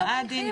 הכרעת דין,